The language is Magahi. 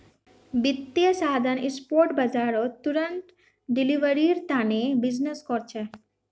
वित्तीय साधन स्पॉट बाजारत तुरंत डिलीवरीर तने बीजनिस् कर छे